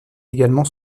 également